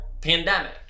pandemic